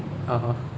(uh huh)